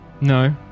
No